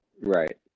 Right